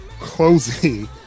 closing